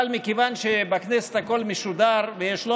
אבל מכיוון שבכנסת הכול משודר ויש לא